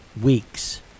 weeks